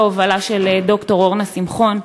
בהובלה של ד"ר אורנה שמחון.